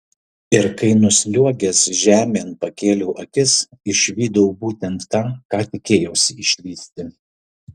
ir kai nusliuogęs žemėn pakėliau akis išvydau būtent tą ką tikėjausi išvysti